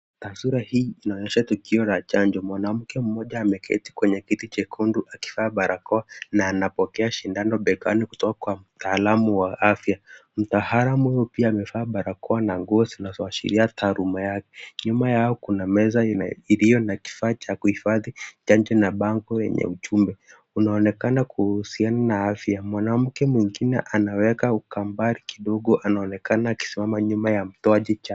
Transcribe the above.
Taswira hii inaonyesha tukio la chanjo. Mwanamke mmoja ameketi kwenye kiti chekundu akivaa barakoa na anapokea sindano begani kutoka kwa mtaalamu wa afya. Mtaalamu huyu pia amevaa barakoa na nguo zinazoashiria taaluma yake. Nyuma yao kuna meza iliyo na kifaa cha kuhifadhi chanjo na bango yenye ujumbe unaonekana kuhusiana na afya. Mwanamke mwingine anaweka kukaa mbali kidogo anaonekana akisimama nyuma ya mtoaji chanjo.